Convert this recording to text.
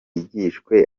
yigishijwe